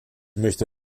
möchte